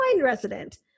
resident